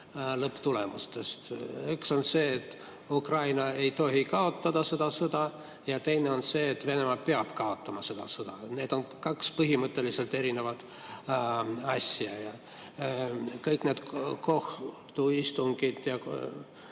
lõpptulemusest. Üks on see, et Ukraina ei tohi kaotada seda sõda, ja teine on see, et Venemaa peab kaotama selle sõja. Need on kaks põhimõtteliselt erinevat asja. Kõik need kohtuistungid,